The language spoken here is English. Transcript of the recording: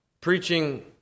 preaching